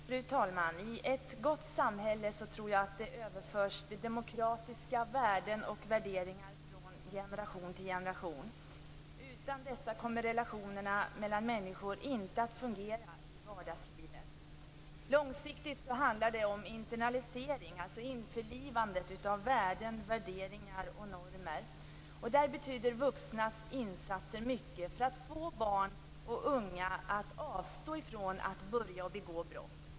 Fru talman! Jag tror att i ett gott samhälle överförs de demokratiska värdena och värderingarna från generation till generation. Utan dessa kommer relationerna mellan människor inte att fungera i vardagslivet. Långsiktigt handlar det om internalisering, införlivandet av värden, värderingar och normer. Vuxnas insatser betyder mycket för att få barn och unga att avstå från att börja begå brott.